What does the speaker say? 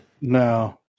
No